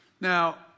Now